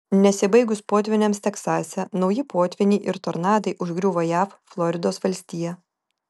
nesibaigus potvyniams teksase nauji potvyniai ir tornadai užgriuvo jav floridos valstiją